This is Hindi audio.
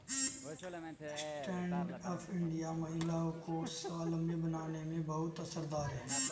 स्टैण्ड अप इंडिया महिलाओं को स्वावलम्बी बनाने में बहुत असरदार है